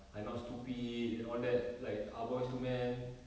I not stupid and all that like ah boys to men